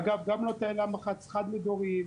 אגב, גם לא תאי לחץ חד מדוריים,